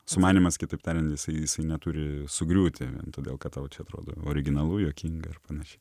sumanymas kitaip tariant jisai neturi sugriūti vien todėl kad tau čia atrodo originalu juokinga ir panašiai